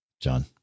john